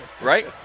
right